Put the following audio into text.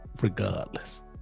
regardless